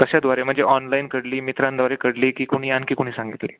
कशाद्वारे म्हणजे ऑनलाईन कळली मित्रांद्वारे कळली कोणी आणखी कोणी सांगितले